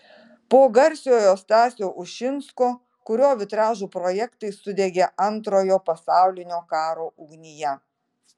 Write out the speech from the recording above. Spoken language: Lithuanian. po garsiojo stasio ušinsko kurio vitražų projektai sudegė antrojo pasaulinio karo ugnyje